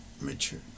mature